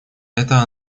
это